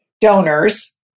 donors